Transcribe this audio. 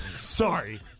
Sorry